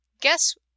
guess